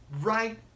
right